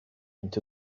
into